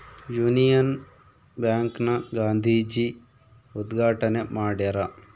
Union Bank ನ ಗಾಂಧೀಜಿ ಉದ್ಗಾಟಣೆ ಮಾಡ್ಯರ